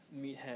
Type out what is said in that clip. meathead